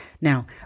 Now